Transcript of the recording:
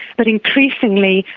but increasingly,